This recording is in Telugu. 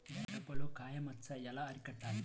మిరపలో కాయ మచ్చ ఎలా అరికట్టాలి?